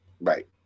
Right